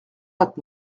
vingt